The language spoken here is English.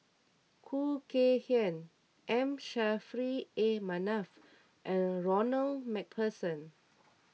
Khoo Kay Hian M Saffri A Manaf and Ronald MacPherson